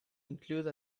include